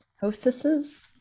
hostesses